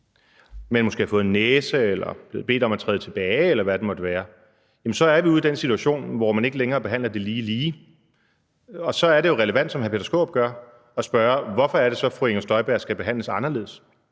men måske har fået en næse eller er blevet bedt om at træde tilbage, eller hvad det måtte være, jamen så er vi ude i den situation, hvor man ikke længere behandler det lige lige. Og så er det jo relevant, som hr. Peter Skaarup gør, at spørge, hvorfor det så er, fru Inger Støjberg skal behandles anderledes.